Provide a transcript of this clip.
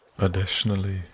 Additionally